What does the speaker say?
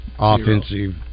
Offensive